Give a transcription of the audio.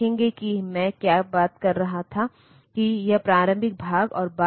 एक और महत्वपूर्ण पिन है जो हमारे पास है यह रीड बार और राइट बार है